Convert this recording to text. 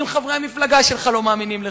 אם חברי המפלגה שלך לא מאמינים לך,